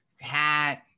hat